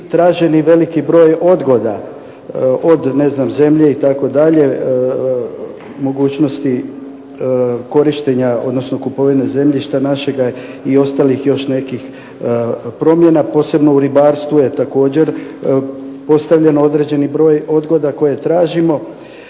traženo veliki broj odgoda od zemlje itd. mogućnosti korištenja, odnosno kupovine zemljišta našega i ostalih još nekih promjena, posebno u ribarstvu je postavljen određeni broj odgoda koje tražimo.